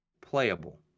playable